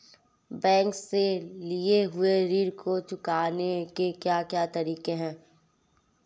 Bank से लिए हुए ऋण को चुकाने के क्या क्या तरीके हैं?